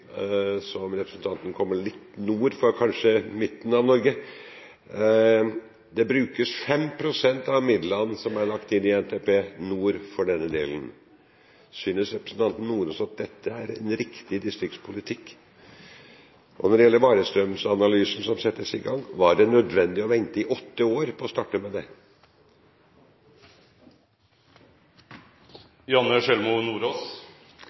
– representanten kommer vel fra litt nord for midten av Norge – brukes 5 pst. av midlene som er lagt inn i NTP, nord for denne delen. Synes representanten Nordås at dette er en riktig distriktspolitikk? Og når det gjelder varestrømsanalysen som settes i gang: Var det nødvendig å vente i åtte år på å starte med